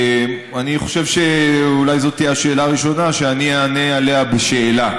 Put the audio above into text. אני חושב שאולי זאת תהיה השאלה הראשונה שאני אענה עליה בשאלה.